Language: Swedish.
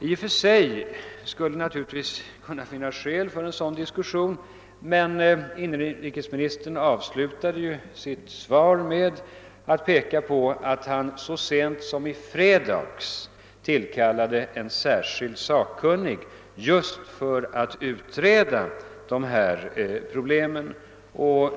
I och för sig skulle det finnas skäl för en sådan diskussion, men inrikesministern avslutar ju sitt svar med att peka på att han — för övrigt så sent som i fredags — tillkallat en sakkunnig just för att utreda dessa problem.